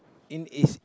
in it's